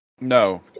No